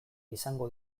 izango